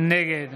נגד